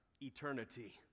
Eternity